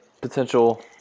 potential